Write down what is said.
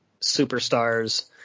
superstars